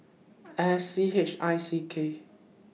S C H I C K